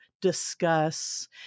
discuss